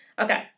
Okay